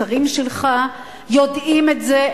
השרים שלך יודעים את זה,